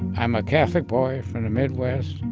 i'm a catholic boy from the midwest,